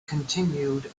continued